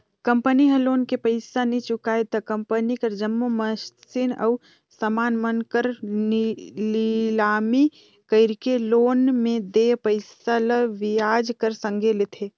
company ह loan के पइसा नी चुकाय त कंपनी कर जम्मो मसीन अउ समान मन कर लिलामी कइरके लोन में देय पइसा ल बियाज कर संघे लेथे